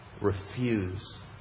refuse